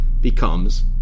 becomes